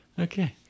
Okay